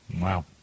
Wow